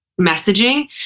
messaging